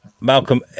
Malcolm